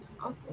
awesome